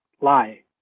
lie